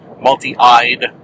multi-eyed